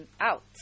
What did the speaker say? out